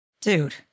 Dude